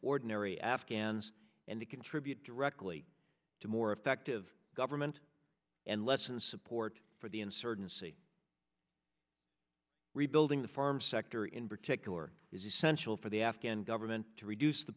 ordinary afghans and they contribute directly to more effective government and less in support for the insurgency rebuilding the farm sector in particular is essential for the afghan government to reduce the